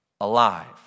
alive